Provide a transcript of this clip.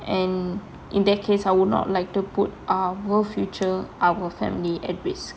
and in that case I would not like to put our both future our family at risk